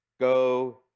go